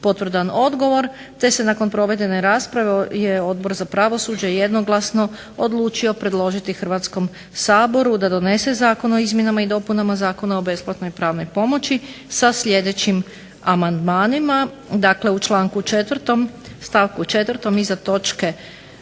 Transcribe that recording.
potvrdan odgovor te se nakon provedene rasprave je Odbor za pravosuđe jednoglasno odlučio predložiti Hrvatskom saboru da donese Zakon o izmjenama i dopunama Zakona o besplatnoj pravnoj pomoći sa sljedećim amandmanima: dakle, u članku 4. stavku 4. riječi iza točke